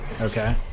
Okay